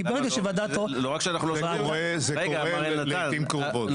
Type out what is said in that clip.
כי ברגע שוועדת --- לא רק שלא שומעים --- זה קורה לעיתים קרובות.